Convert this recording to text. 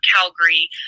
Calgary